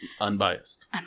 Unbiased